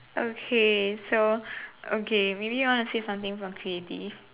okay so okay maybe you want to say something from creative